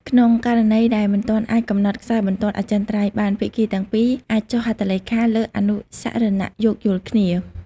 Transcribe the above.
ក្នុងករណីដែលមិនទាន់អាចកំណត់ខ្សែបន្ទាត់អចិន្ត្រៃយ៍បាន ភាគីទាំងពីរអាចចុះហត្ថលេខាលើអនុស្សរណៈយោគយល់គ្នា ។